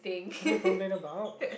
what did I complain about